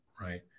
right